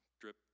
drip